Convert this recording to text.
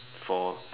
for